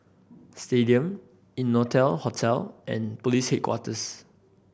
Stadium Innotel Hotel and Police Headquarters